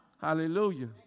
Hallelujah